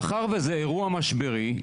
מאחר וזה אירוע משברי,